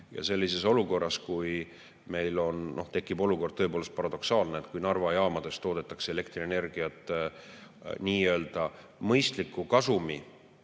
Sellises olukorras, kui meil see tekib, on tõepoolest paradoksaalne, et kui Narva jaamades toodetakse elektrienergiat nii‑öelda mõistlikku kasumit